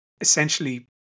essentially